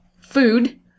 Food